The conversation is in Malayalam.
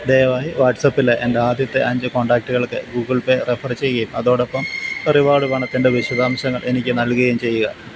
ദയവായി വാട്ട്സപ്പിലെ എൻ്റെ ആദ്യത്തെ അഞ്ച് കോൺടാക്റ്റുകൾക്ക് ഗൂഗിൾ പേ റെഫർ ചെയ്യുകയും അതോടൊപ്പം റിവാർഡ് പണത്തിൻ്റെ വിശദാംശങ്ങൾ എനിക്ക് നൽകുകയും ചെയ്യുക